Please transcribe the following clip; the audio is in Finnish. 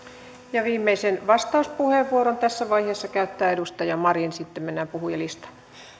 ja viimeisen vastauspuheenvuoron tässä vaiheessa käyttää edustaja marin sitten mennään puhujalistaan